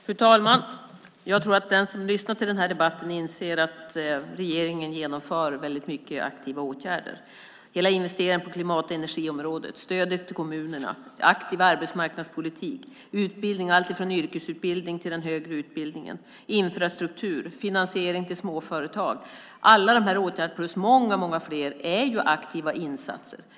Fru talman! Jag tror att den som lyssnar till den här debatten inser att regeringen genomför väldigt mycket aktiva åtgärder. Vi investerar i satsningar på klimat och energiområdet, stöd till kommunerna, aktiv arbetsmarknadspolitik, utbildning alltifrån yrkesutbildning till den högre utbildningen, infrastruktur, finansiering för småföretag. Alla de här åtgärderna plus många fler är aktiva insatser.